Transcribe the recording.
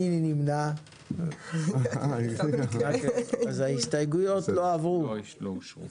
הצבעה ההסתייגויות לא אושרו.